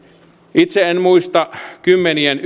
itse en muista kymmenien